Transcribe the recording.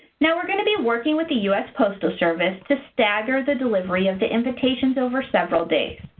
now, we're going to be working with the us postal service to stagger the delivery of the invitations over several days.